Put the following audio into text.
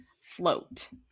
float